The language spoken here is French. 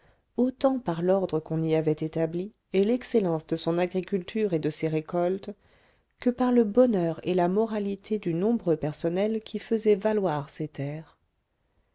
autant par l'ordre qu'on y avait établi et l'excellence de son agriculture et de ses récoltes que par le bonheur et la moralité du nombreux personnel qui faisait valoir ces terres